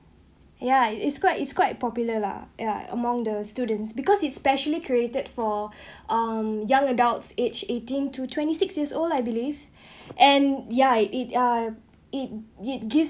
ya it's quite it's quite popular lah ya among the students because it's specially created for um young adults aged eighteen to twenty-six years old lah I believe and ya it I it it gives